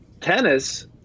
tennis